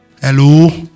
hello